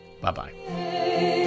Bye-bye